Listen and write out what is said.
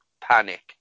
panic